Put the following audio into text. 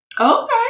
Okay